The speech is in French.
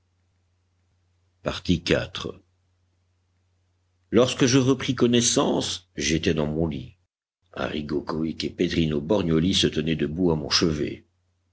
m'évanouis lorsque je repris connaissance j'étais dans mon lit arrigo cohic et pedrino borgnioli se tenaient debout à mon chevet